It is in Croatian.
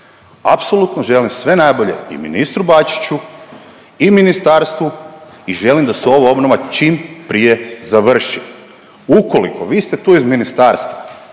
apsolutno želim sve najbolje i ministru Bačiću i ministarstvu i želim da se ova obnova čim prije završi. Ukoliko, vi ste tu iz ministarstva,